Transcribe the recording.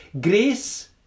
grace